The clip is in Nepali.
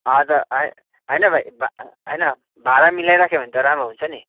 हजार होइन भाइ होइन भाडा मिलाइराख्यो भने त राम्रो हुन्छ नि